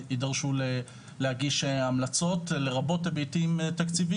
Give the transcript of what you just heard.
שים כסף, תראה שזה חשוב לך וזה יקרה.